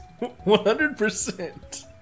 100%